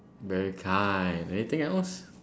very kind anything else